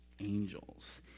angels